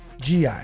GI